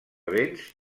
vents